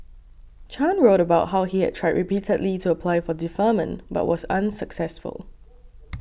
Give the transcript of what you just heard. Chan wrote about how he had tried repeatedly to apply for deferment but was unsuccessful